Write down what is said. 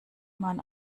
man